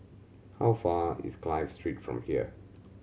how far is Clive Street from here